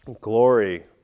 glory